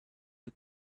the